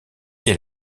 est